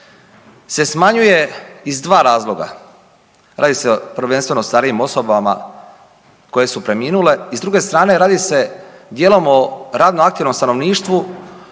se smanjuje iz dva razloga. Radi se prvenstveno o starijim osobama koje su preminule i s druge strane radi se dijelom o radno aktivnom stanovništvu